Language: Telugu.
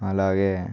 అలాగే